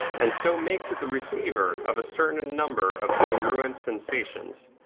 and so makes it the receiver of a certain number of congruent sensations,